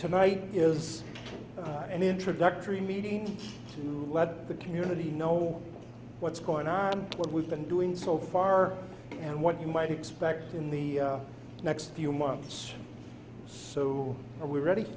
tonight is an introductory meeting to let the community know what's going on what we've been doing so far and what you might expect in the next few months so are we ready